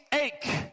ache